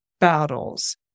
battles